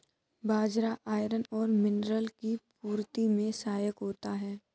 बाजरा iron और mineral की पूर्ति में सहायक होता है